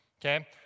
Okay